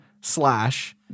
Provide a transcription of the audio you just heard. slash